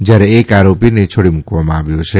જથારે એક આરો ીને છોડી મુકવામાં આવ્યો છે